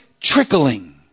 Trickling